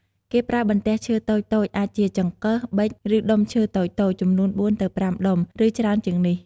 គេប្រើបន្ទះឈើតូចៗ អាចជាចង្កឹះ ប៊ិច ឬដុំឈើតូចៗ ចំនួន ៤ ទៅ ៥ ដុំ ឬច្រើនជាងនេះ។